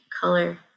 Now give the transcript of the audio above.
color